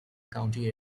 county